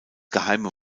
geheime